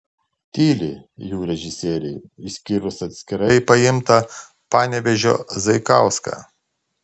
tyli jų režisieriai išskyrus atskirai paimtą panevėžio zaikauską